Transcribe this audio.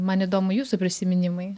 man įdomu jūsų prisiminimai